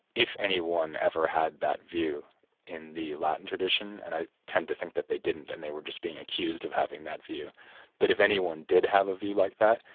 if anyone ever had that view in the latin tradition and i tend to think that they didn't, and they were just being accused of having that view but if anyone did have a view like that,